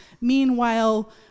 Meanwhile